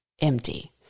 empty